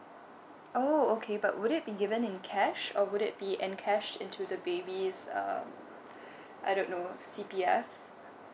oh okay but would it be given in cash or would it be in cash into the baby's um I don't know C_P_F